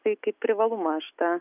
tai kaip privalumą aš tą